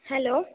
hello